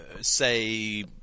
say